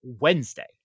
Wednesday